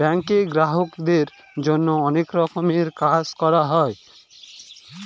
ব্যাঙ্কে গ্রাহকদের জন্য অনেক রকমের কাজ করা হয়